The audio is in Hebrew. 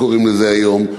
קוראים לזה היום,